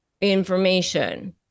information